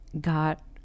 got